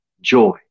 Joy